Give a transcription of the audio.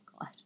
God